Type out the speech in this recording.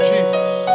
Jesus